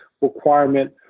requirement